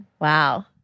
Wow